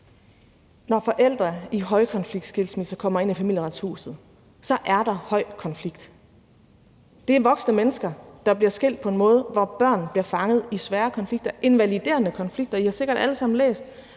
Når forældre i højkonfliktskilsmisser kommer ind i Familieretshuset, så er der høj konflikt. Det er voksne mennesker, der bliver skilt på en måde, hvor børn bliver fanget i svære konflikter, invaliderende konflikter, og I har sikkert alle sammen læst